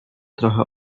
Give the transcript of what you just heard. trochę